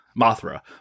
Mothra